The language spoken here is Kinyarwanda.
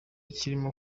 kirimo